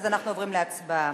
אנחנו עוברים להצבעה.